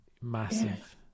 massive